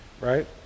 right